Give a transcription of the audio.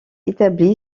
établi